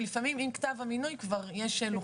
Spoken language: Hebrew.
לפעמים עם כתב המינוי כבר יש לוחות זמנים.